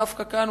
דווקא כאן,